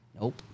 Nope